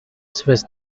swiss